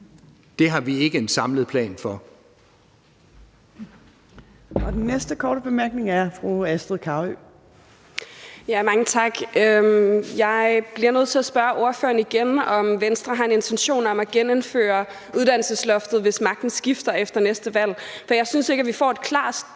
Den næste korte bemærkning er fra fru Astrid Carøe. Kl. 12:05 Astrid Carøe (SF): Mange tak. Jeg bliver nødt til at spørge ordføreren igen, om Venstre har en intention om at genindføre uddannelsesloftet, hvis magten skifter efter næste valg. For jeg synes ikke, vi får et klart svar